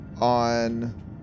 on